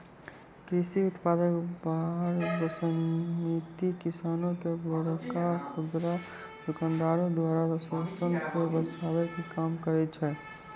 कृषि उत्पाद बार समिति किसानो के बड़का खुदरा दुकानदारो के द्वारा शोषन से बचाबै के काम करै छै